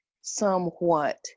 somewhat